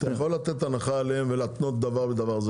אתה יכול לתת הנחה עליהם ולהתנות דבר לדבר.